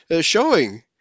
showing